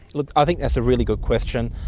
like i think that's a really good question.